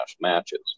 matches